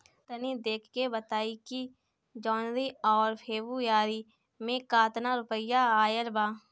तनी देख के बताई कि जौनरी आउर फेबुयारी में कातना रुपिया आएल बा?